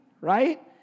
right